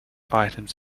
items